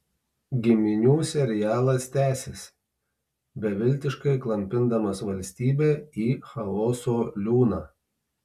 giminių serialas tęsiasi beviltiškai klampindamas valstybę į chaoso liūną